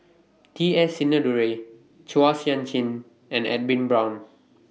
T S Sinnathuray Chua Sian Chin and Edwin Brown